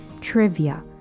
trivia